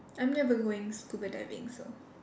I'm never going scuba diving so